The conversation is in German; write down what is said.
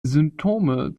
symptome